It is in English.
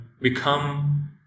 become